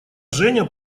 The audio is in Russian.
женя